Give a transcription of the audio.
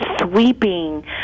sweeping